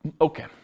Okay